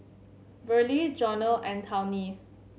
Verlie Jonell and Tawny